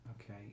Okay